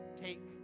take